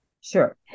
Sure